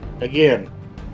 Again